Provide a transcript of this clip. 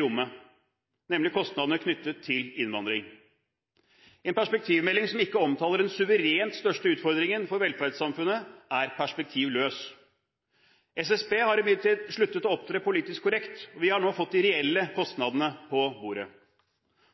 rommet, nemlig kostnadene knyttet til innvandring. En perspektivmelding som ikke omtaler den suverent største utfordringen for velferdssamfunnet, er perspektivløs. SSB har imidlertid sluttet å opptre politisk korrekt. Vi har nå fått de reelle kostnadene på bordet,